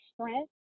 strength